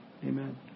Amen